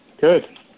Good